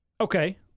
Okay